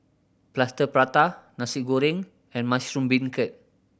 Plaster Prata Nasi Goreng and mushroom beancurd